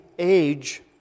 age